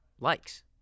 likes